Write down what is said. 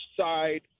side